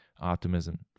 optimism